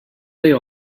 they